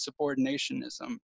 subordinationism